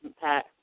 Pat